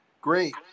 Great